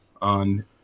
on